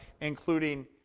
including